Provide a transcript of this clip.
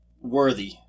worthy